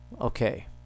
Okay